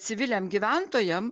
civiliam gyventojam